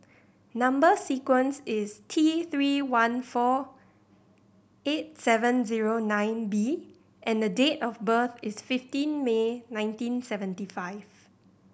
number sequence is T Three one four eight seven zero nine B and date of birth is fifteen May nineteen seventy five